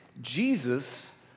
Jesus